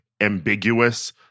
ambiguous